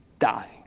Die